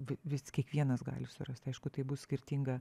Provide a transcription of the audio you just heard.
vis kiekvienas gali surasti aišku tai bus skirtinga